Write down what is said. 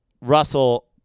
Russell